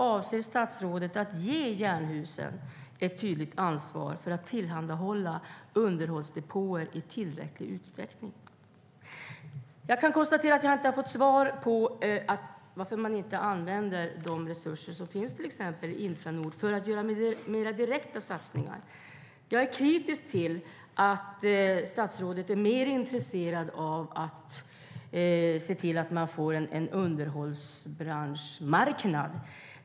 Avser statsrådet att ge Jernhusen ett tydligt ansvar för att tillhandahålla underhållsdepåer i tillräcklig utsträckning? Jag kan konstatera att jag inte har fått svar på varför man inte använder de resurser som finns, till exempel Infranord, för att göra mer direkta satsningar. Jag är kritisk till att statsrådet är mer intresserad av att se till att man får en underhållsbranschmarknad.